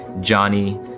Johnny